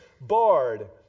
barred